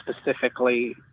specifically